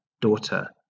daughter